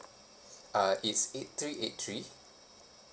uh it's eight three eight three